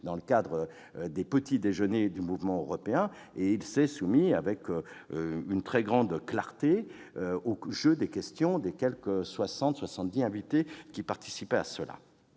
dans le cadre des petits-déjeuners du Mouvement européen. Il s'est soumis avec une très grande clarté au jeu des questions des quelque soixante-dix invités qui y participaient.